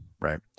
right